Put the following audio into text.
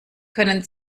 können